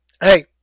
hey